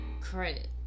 credit